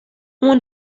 oan